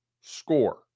score